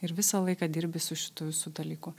ir visą laiką dirbi su šitu visu dalyku